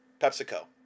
PepsiCo